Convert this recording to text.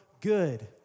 good